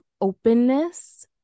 openness